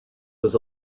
was